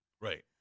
Right